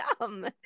dumb